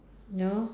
ya lor